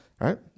right